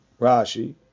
Rashi